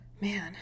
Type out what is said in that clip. man